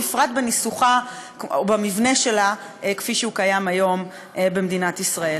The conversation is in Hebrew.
בפרט בניסוחה או במבנה שלה כפי שהוא קיים היום במדינת ישראל.